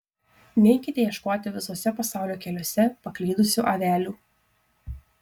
neikite ieškoti visuose pasaulio keliuose paklydusių avelių